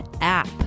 app